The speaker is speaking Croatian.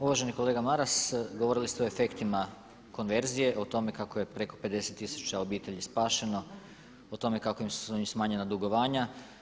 Uvaženi kolega Maras govorili ste o efektima konverzije, o tome kako je preko 50 tisuća obitelji spašeno, o tome kako su im smanjena dugovanja.